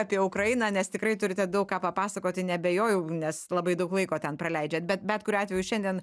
apie ukrainą nes tikrai turite daug ką papasakoti neabejoju nes labai daug laiko ten praleidžiat bet bet kuriuo atveju šiandien